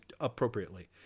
appropriately